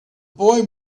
boy